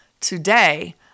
Today